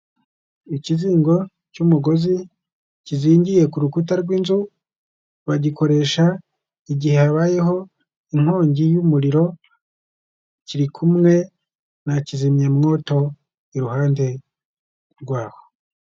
Ikizingo cy'umugozi kizingiye ku rukuta rw'inzu, bagikoresha igihe habayeho inkongi y'umuriro, kiri kumwe na kizimyamwoto iruhande rwaho.